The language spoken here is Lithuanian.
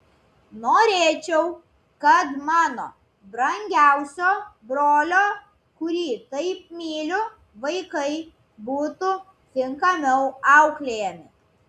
norėčiau kad mano brangiausio brolio kurį taip myliu vaikai būtų tinkamiau auklėjami